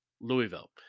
Louisville